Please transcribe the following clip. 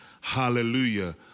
Hallelujah